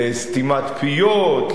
לסתימת פיות,